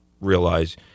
realize